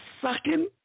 sucking